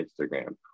Instagram